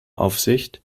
aufsicht